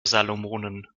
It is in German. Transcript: salomonen